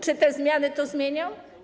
Czy te zmiany to zmienią?